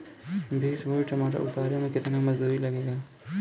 बीस बोरी टमाटर उतारे मे केतना मजदुरी लगेगा?